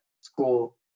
school